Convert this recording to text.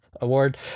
award